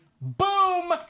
Boom